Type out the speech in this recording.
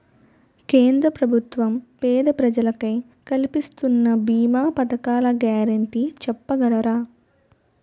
కేంద్ర ప్రభుత్వం పేద ప్రజలకై కలిపిస్తున్న భీమా పథకాల గ్యారంటీ చెప్పగలరా?